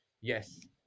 Yes